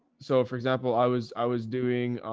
so for example, i was, i was doing,